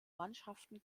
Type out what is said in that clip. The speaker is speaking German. mannschaften